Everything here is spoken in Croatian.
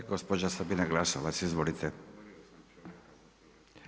Gospođa Sabina Glasovac, izvolite.